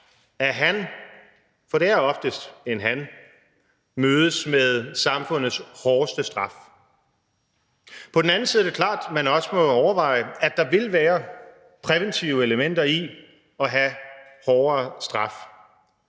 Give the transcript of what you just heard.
at han, for det er oftest en han, mødes med samfundets hårdeste straf. På den anden side er det klart, at man også må overveje, at der vil være præventive elementer i at have hårdere straf